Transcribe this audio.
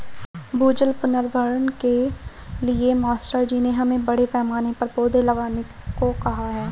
भूजल पुनर्भरण के लिए मास्टर जी ने हमें बड़े पैमाने पर पौधे लगाने को कहा है